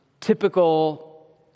typical